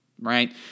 Right